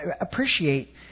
appreciate